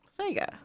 sega